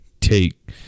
take